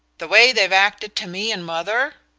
the way they've acted to me and mother?